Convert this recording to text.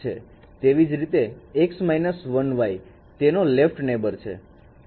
તેવી જ રીતે x માઈનસ 1 y તેનો લેફ્ટ નેબર છે